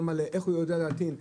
לא מלא איך הוא יודע להטעין?